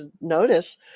notice